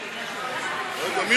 ביטן, תגיד שאתה לא עושה כלום ואין כלום.